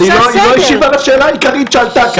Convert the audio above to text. אבל היא לא השיבה לשאלה העיקרית שעלתה כאן.